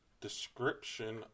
description